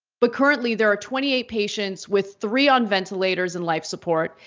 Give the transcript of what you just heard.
but currently there are twenty eight patients with three on ventilators and life support,